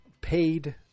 paid